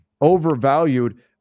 overvalued